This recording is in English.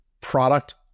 product